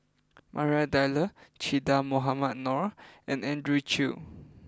Maria Dyer Che Dah Mohamed Noor and Andrew Chew